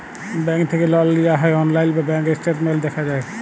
bank থ্যাকে লল লিয়া হ্যয় অললাইল ব্যাংক ইসট্যাটমেল্ট দ্যাখা যায়